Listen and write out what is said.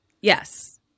yes